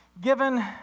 given